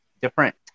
different